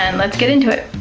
and let's get into it!